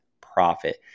profit